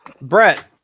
Brett